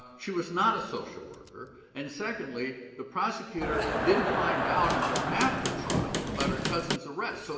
she was not a social worker, and secondly, the prosecutor didn't find out until after trial about her cousin's arrest, so